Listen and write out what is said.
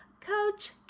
Coach